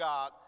God